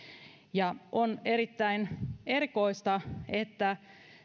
on erittäin erikoista että